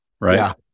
right